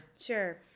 Sure